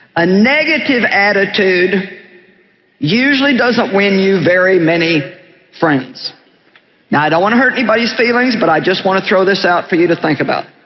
a negative attitude usually doesn't win you very many friends, now, i don't want to hurt anybody's feelings, but i just want to throw this out for you to think about,